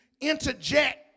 interject